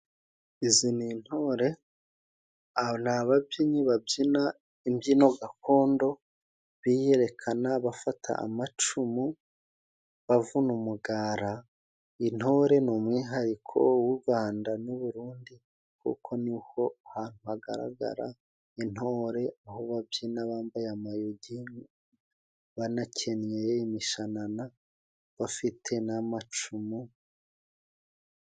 Izi ni intore, aba ni ababyinnyi babyina imbyino gakondo, biyerekana bafata amacumu bavuna umugara. Intore ni umwihariko w'u Gwanda n'u Burundi, kuko ni ho ha hagaragara intore, aho babyina bambaye amayogi, banakenyeye imishanana bafite n'amacumu.